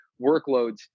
workloads